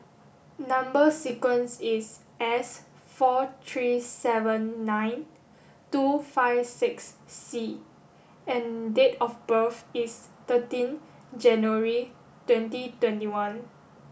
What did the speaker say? number sequence is S four three seven nine two five six C and date of birth is thirteen January twenty twenty one